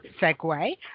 segue